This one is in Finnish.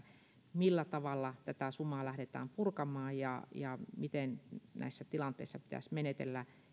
millä tavalla tätä sumaa lähdetään purkamaan ja ja miten näissä tilanteissa pitäisi menetellä